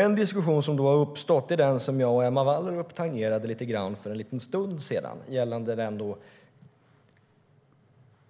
En diskussion som då har uppstått är den som jag och Emma Wallrup tangerade för en stund sedan, gällande